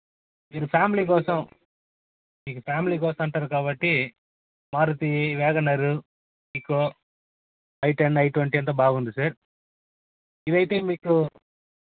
మీరు ఫ్యామిలీ కోసం మీరు ఫ్యామిలీ కోసం అంటారు కాబట్టి Maruti wagon R Figo i ten i twenty అంతా బాగుంది సార్ ఇవైతే మీకు